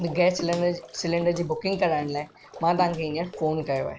हिन gas cylinder cylinder जी booking कराइण लाइ मां तव्हांखे हींअर फोन कयो आहे